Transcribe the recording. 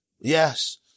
yes